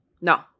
No